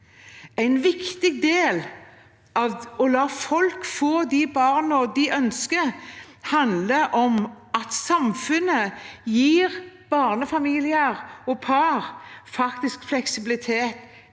En viktig del av å la folk få de barna de ønsker, handler om at samfunnet gir barnefamilier og par faktisk fleksibilitet